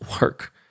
work